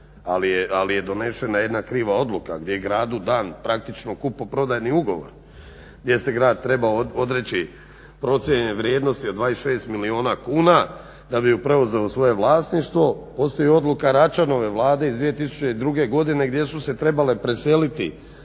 ali je donesena jedna kriva odluka gdje je gradu dan praktično kupoprodajni ugovor gdje se grad trebao odreći procijenjene vrijednosti od 26 milijuna kuna da bi je preuzeo u svoje vlasništvo. Postoji odluka Račanove vlade iz 2002. godine gdje su se trebale preseliti